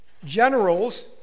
Generals